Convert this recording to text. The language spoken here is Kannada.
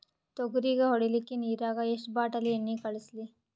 ತೊಗರಿಗ ಹೊಡಿಲಿಕ್ಕಿ ನಿರಾಗ ಎಷ್ಟ ಬಾಟಲಿ ಎಣ್ಣಿ ಕಳಸಲಿ?